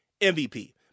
MVP